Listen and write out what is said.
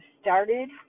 started